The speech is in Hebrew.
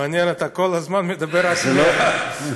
מעניין, אתה כל הזמן מדבר רק עם הפלאפון.